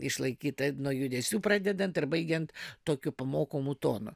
išlaikyta nuo judesių pradedant ir baigiant tokiu pamokomu tonu